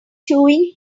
chewing